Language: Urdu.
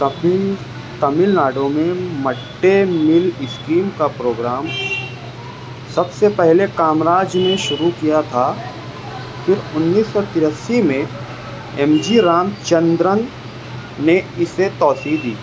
تمل تمل ناڈو میں مڈ ڈے میل اسکیم کا پروگرام سب سے پہلے کامراج نے شروع کیا تھا پھر انیس سو ترسی میں ایم جی رام چندرن نے اسے توسیع دی